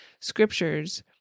scriptures